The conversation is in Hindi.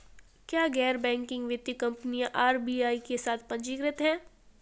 क्या गैर बैंकिंग वित्तीय कंपनियां आर.बी.आई के साथ पंजीकृत हैं?